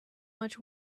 much